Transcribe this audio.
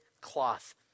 cloth